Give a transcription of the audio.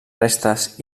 restes